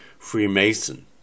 Freemason